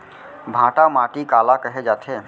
भांटा माटी काला कहे जाथे?